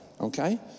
okay